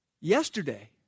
Yesterday